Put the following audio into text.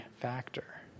factor